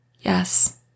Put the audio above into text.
Yes